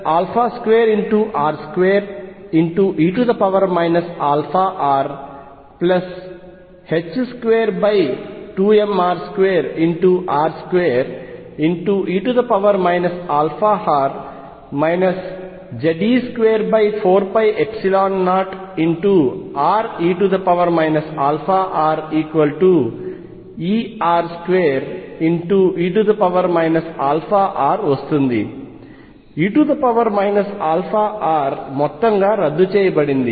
e αr మొత్తంగా రద్దు చేయబడింది